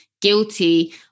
guilty